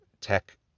tech